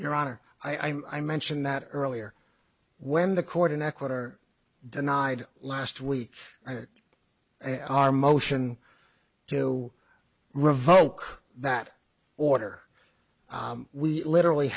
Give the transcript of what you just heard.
your honor i mentioned that earlier when the court in ecuador denied last week our motion to revoke that order we literally